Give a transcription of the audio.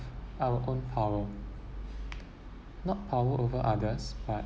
our own power not power over others but